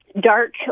dark